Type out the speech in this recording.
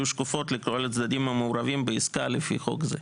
שקופות לכל הצדדים המעורבים בעסקה לפי חוק זה.".